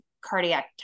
cardiac